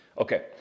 Okay